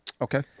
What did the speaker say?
Okay